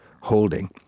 holding